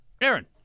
Aaron